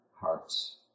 hearts